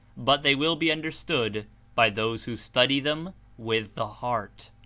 but they will be understood by those who study them with the heart.